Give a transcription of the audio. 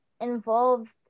involved